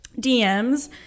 DMs